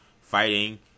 fighting